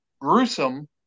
gruesome